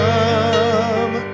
Come